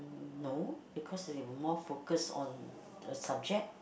no because you were more focus on the subject